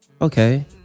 okay